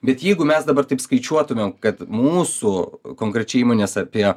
bet jeigu mes dabar taip skaičiuotumėm kad mūsų konkrečiai įmonės apie